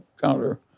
counter